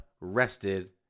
rested